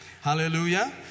Hallelujah